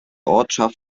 ortschaft